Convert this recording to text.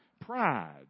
Pride